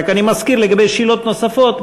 אני רק מזכיר לגבי שאלות נוספות,